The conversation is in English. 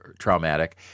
traumatic